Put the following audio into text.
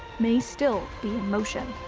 may still be in motion.